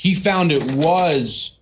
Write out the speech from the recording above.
he found it was